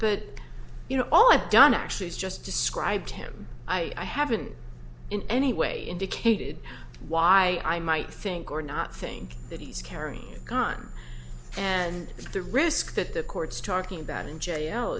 but you know all i've done actually is just describe him i haven't in any way indicated why i might think or not think that he's carrying a gun and the risk that the court's talking about in j